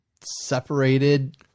separated